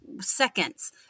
seconds